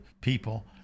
people